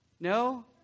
No